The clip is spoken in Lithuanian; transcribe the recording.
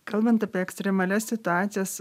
kalbant apie ekstremalias situacijas